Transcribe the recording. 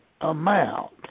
amount